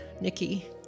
Nikki